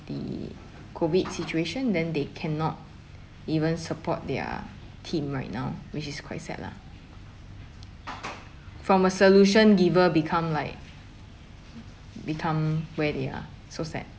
the COVID situation then they cannot even support their team right now which is quite sad lah from a solution giver become like become where they are so sad